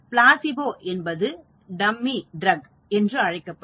placebo என்பது dummy drug என்று அழைக்கப்படும்